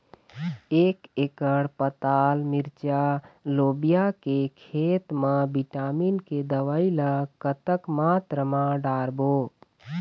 एक एकड़ पताल मिरचा लोबिया के खेत मा विटामिन के दवई ला कतक मात्रा म डारबो?